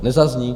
Nezazní?